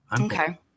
okay